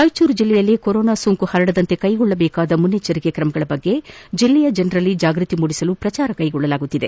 ರಾಯಚೂರು ಜಿಲ್ಲೆಯಲ್ಲಿ ಕೊರೊನಾ ಸೋಂಕು ಪರಡದಂತೆ ಕೈಗೊಳ್ಳಬೇಕಾದ ಮುಂಜಾಗೃತ ಕ್ರಮಗಳ ಕುರಿತು ಜಿಲ್ಲೆಯ ಜನರಲ್ಲಿ ಜಾಗೃತಿ ಮೂಡಿಸಲು ಪ್ರಚಾರ ಕೈಗೊಳ್ಳಲಾಗುತ್ತಿದೆ